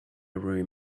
room